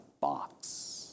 box